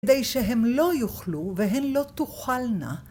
‫כדי שהם לא יוכלו והן לא תוכלנה.